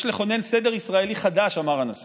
יש לכונן סדר ישראלי חדש, אמר הנשיא,